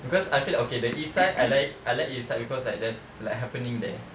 because I feel okay the east side I like I like east side because like there's like happening there